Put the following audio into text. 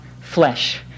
flesh